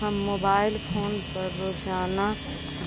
हम mobile phone पर रोजाना